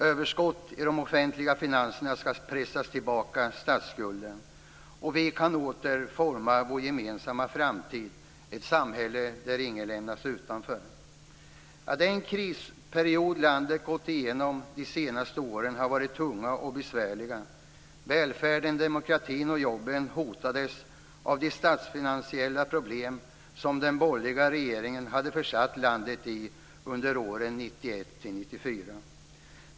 Överskott i de offentliga finanserna skall pressa tillbaka statsskulden, och vi kan åter forma vår gemensamma framtid - ett samhälle där ingen lämnas utanför. Den krisperiod landet gått igenom de senaste åren har varit tung och besvärlig. Välfärden, demokratin och jobben hotades av de statsfinansiella problem som den borgerliga regeringen hade försatt landet i under åren 1991-94.